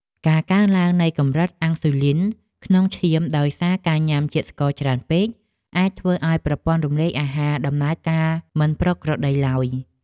ការកើនឡើងនៃកម្រិតអាំងស៊ុយលីនក្នុងឈាមដោយសារការញ៉ាំជាតិស្ករច្រើនពេកអាចធ្វើឲ្យប្រព័ន្ធរំលាយអាហារដំណើរការមិនប្រក្រតីឡើយ។